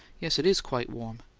yes. it is quite warm.